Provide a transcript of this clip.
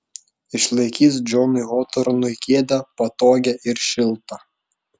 išlaikys džonui hotornui kėdę patogią ir šiltą